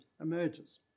emerges